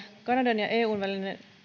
kanadan ja eun välinen